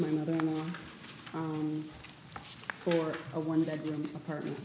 my mother in law down for a one bedroom apartment